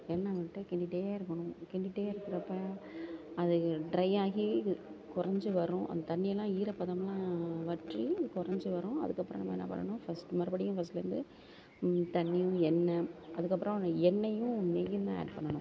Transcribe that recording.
எண்ணெய் விட்டு கிண்டிகிட்டே இருக்கணும் கிண்டிகிட்டே இருக்கிறப்ப அது ட்ரையாகி கொறைஞ்சு வரும் அந்த தண்ணியெல்லாம் ஈரப்பதம்லாம் வற்றி கொறைஞ்சி வரும் அதுக்கு அப்புறம் நம்ம என்ன பண்ணணும் ஃபஸ்ட் மறுபடியும் ஃபஸ்ட்லேருந்து தண்ணி எண்ணெய் அதுக்கப்பறோம் அந்த எண்ணெயும் நெய்யுந்தான் ஆட் பண்ணணும்